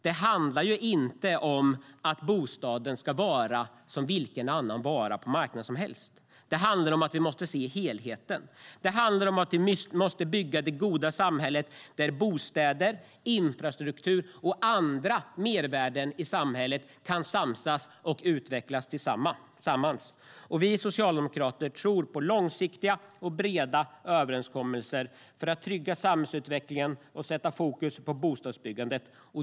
Det handlar inte om att bostaden ska vara som vilken annan vara på en marknad som helst. Vi måste se helheten. Vi måste bygga det goda samhället där bostäder, infrastruktur och andra mervärden i samhället kan samsas och utvecklas tillsammans. Vi socialdemokrater tror på långsiktiga och breda överenskommelser för att trygga samhällsutvecklingen och sätta fokus på bostadsbyggandet.